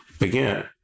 again